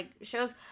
shows